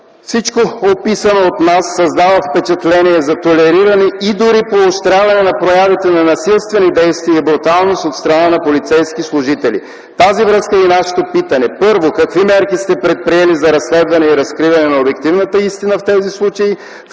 всичко описано от нас създава впечатление за толериране и дори поощряване на проявите на насилствени действия и бруталност от страна на полицейски служители. В тази връзка е и нашето питане: - първо, какви мерки сте предприели за разследване и разкриване на обективната истина в тези случаи;